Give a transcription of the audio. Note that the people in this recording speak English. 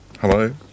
Hello